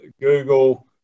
Google